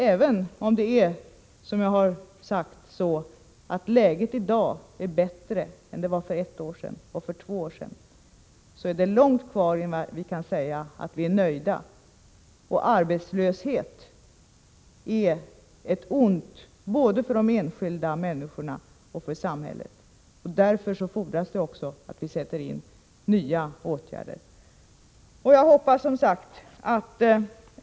Även om läget i dag — som jag tidigare har sagt — är bättre än det var för ett eller två år sedan, är det långt kvar innan vi kan säga att vi är nöjda. Arbetslöshet är av ondo, både för de enskilda människorna och för samhället. Därför fordras det att vi vidtar nya åtgärder.